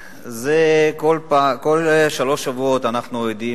כל שלושה שבועות אנחנו עדים,